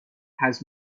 has